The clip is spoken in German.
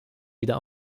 wieder